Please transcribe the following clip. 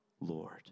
Lord